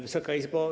Wysoka Izbo!